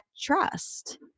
trust